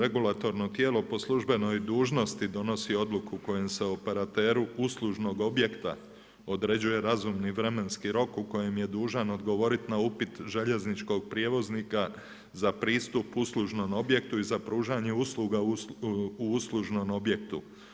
Regulatorno tijelo po službenoj dužnosti donosi odluku kojom se operateru uslužnog objekta određuje razumni vremenski rok u kojem je dužan odgovoriti na upit željezničkog prijevoznika za pristup uslužnom objektu i za pružanje usluga u uslužnog objektu.